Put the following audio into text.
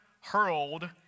hurled